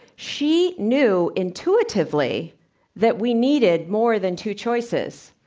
she knew intuitively that we needed more than two choices.